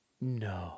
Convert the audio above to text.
No